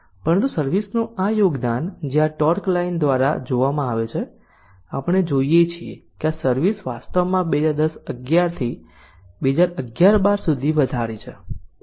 પરંતુ સર્વિસ નું આ યોગદાન જે આ ટોર્ક લાઈન દ્વારા જોવામાં આવે છે આપણે જોઈએ છીએ કે આ સર્વિસ વાસ્તવમાં 2010 11 થી 2011 12 સુધી વધારી છે